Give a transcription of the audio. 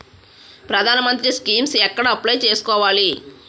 ప్రధాన మంత్రి స్కీమ్స్ ఎక్కడ అప్లయ్ చేసుకోవాలి?